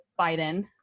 Biden